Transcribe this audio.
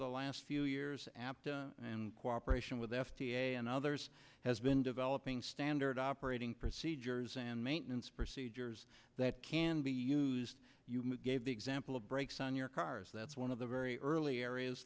the last few years apt and cooperation with the f d a and others has been developing standard operating procedures and maintenance procedures that can be used gave the example of brakes on your cars that's one of the very early areas